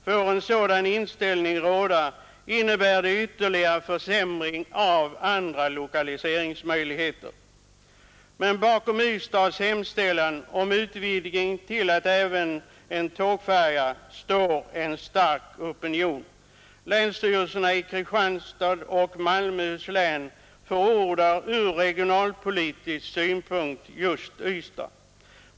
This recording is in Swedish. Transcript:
Får en sådan inställning råda, innebär detta ytterligare försämring av andra lokaliseringsmöjligheter. Men bakom Ystads hemställan om utvidgning av trafiken till även en tågfärja står en stark opinion. Länsstyrelserna i Kristianstads och Malmöhus län förordar ur regionalpolitisk synpunkt just Ystad.